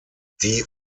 die